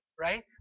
right